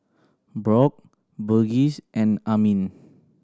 Brock Burgess and Amin